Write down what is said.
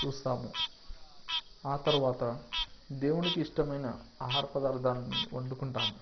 చూస్తాము ఆ తర్వాత దేవునికి ఇష్టమైన ఆహార పదార్థాలను వండుకుంటాం